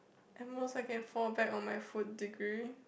at most I can fall back on my food degree